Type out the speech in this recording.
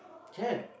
can